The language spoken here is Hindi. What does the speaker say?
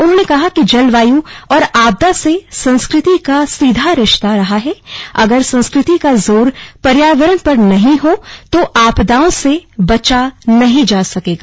उन्होंने कहा कि जलवायु और आपदा से संस्कृति का सीधा रिश्ता रहा है अगर संस्कृति का जोर पर्यावरण पर नहीं हो तो आपदाओं से बचा नहीं जा सकेगा